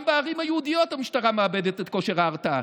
גם בערים היהודיות המשטרה מאבדת את כושר ההרתעה.